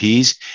Ps